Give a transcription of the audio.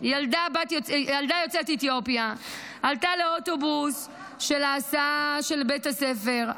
ילדה יוצאת אתיופיה עלתה לאוטובוס של ההסעה של בית הספר,